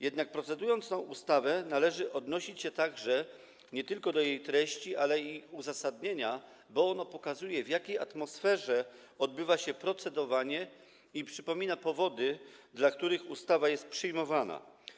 Jednak procedując tę ustawę, należy odnosić się nie tylko do jej treści, ale i uzasadnienia, bo ono pokazuje, w jakiej atmosferze przebiega procedowanie, i przypomina powody, dla których ustawa jest przyjmowana.